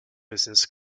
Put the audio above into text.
business